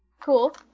Cool